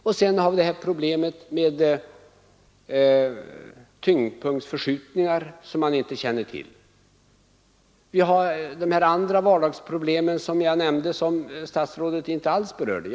Vi har också det här problemet med tyngdpunktsförskjutningar som man inte känner till och de andra vardagsproblemen som jag nämnde och som statsrådet inte alls berörde.